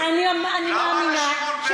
דרך אגב, הם חמורים מפני